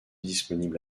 disponible